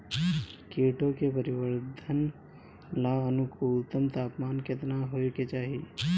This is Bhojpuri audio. कीटो के परिवरर्धन ला अनुकूलतम तापमान केतना होए के चाही?